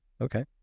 okay